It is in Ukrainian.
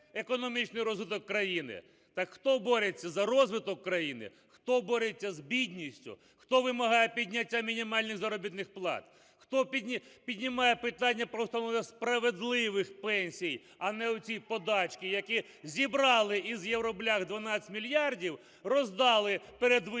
економічний розвиток країни? Так хто бореться за розвиток країни, хто бореться з бідністю, хто вимагає підняття мінімальних заробітних плат, хто піднімає питання про встановлення справедливих пенсій? А не оці подачки, які зібрали із "євроблях" 12 мільярдів, роздали перед виборами